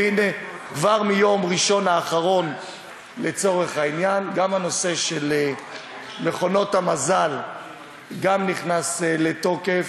וכבר ביום ראשון האחרון הנושא של מכונות המזל נכנס לתוקף.